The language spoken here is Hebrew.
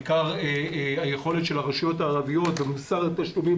בעיקר היכולת של הרשויות הערביות ומוסר התשלומים